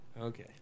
Okay